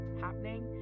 happening